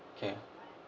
okay